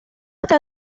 está